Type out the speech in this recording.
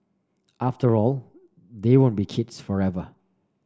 after all they won't be kids forever